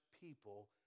people